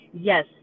Yes